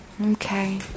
Okay